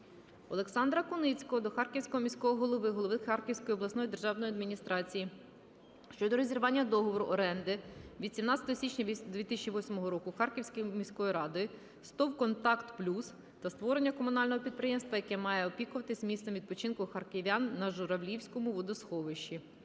Олександра Куницького до Харківського міського голови, голови Харківської обласної державної адміністрації щодо розірвання договору оренди від 17 січня 2008 року Харківської міської ради з ТОВ "КОНТАКТ ПЛЮС", та створення комунального підприємства яке має опікуватись місцем відпочинку харків'ян на Журавлівському водосховищі.